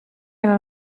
aha